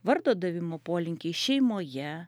vardo davimo polinkiai šeimoje